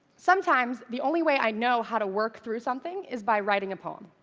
sometimes the only way i know how to work through something is by writing a poem.